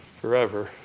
forever